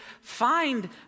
find